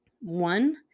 One